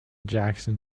jackson